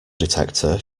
detector